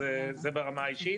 אז זה ברמה האישית.